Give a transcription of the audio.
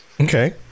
Okay